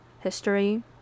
history